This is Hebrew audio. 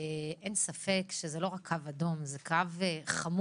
אין ספק שזה לא רק קו אדום, זה קו חמור,